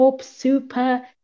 Super